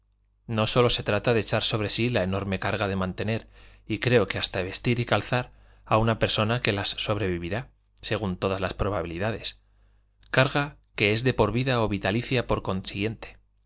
no sólo se trata de echar sobre sí la enorme carga de mantener y creo que hasta vestir y calzar a una persona que las sobrevivirá según todas las probabilidades carga que es de por vida o vitalicia por consiguiente